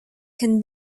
can